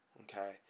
Okay